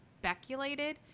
speculated